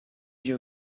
you